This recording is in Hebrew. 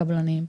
הקבלנים,